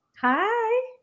Hi